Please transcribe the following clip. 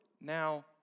Now